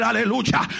Aleluya